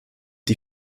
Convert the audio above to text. die